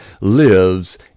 lives